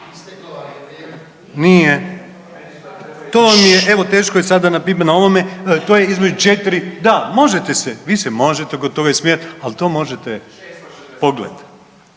28., to vam je evo teško je sad … na ovom to je između, da možete se vi se možete oko toga smijat, ali to možete pogledat,